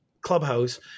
Clubhouse